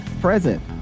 present